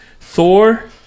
Thor